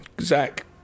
Zach